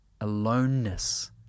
aloneness